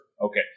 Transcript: Okay